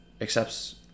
accepts